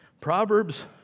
Proverbs